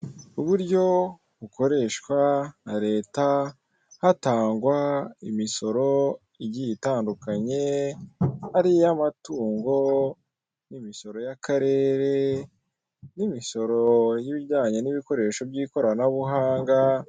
Uburyo bukoreshwa na leta hatangwa imisoro igiye itandukanye ariy'amatungo n'imisoro y'akarere, n'imisoro y'ibijyanye n'ibikoresho by'ikoranabuhanga